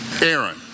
Aaron